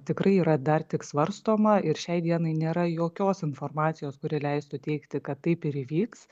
tikrai yra dar tik svarstoma ir šiai dienai nėra jokios informacijos kuri leistų teigti kad taip ir įvyks